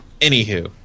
Anywho